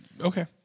Okay